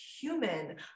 human